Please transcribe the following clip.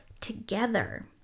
together